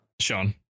Sean